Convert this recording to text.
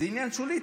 זה עניין שולי.